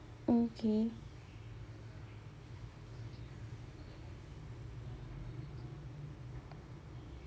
okay